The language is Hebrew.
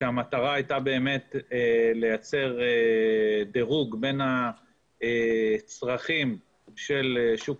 כשמטרה הייתה לייצר דירוג בין הצרכים של שוק